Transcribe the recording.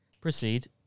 Proceed